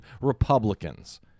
Republicans